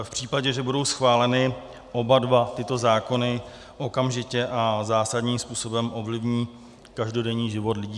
V případě, že budou schváleny oba dva tyto zákony, okamžitě a zásadním způsobem ovlivní každodenní život lidí v ČR.